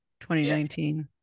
2019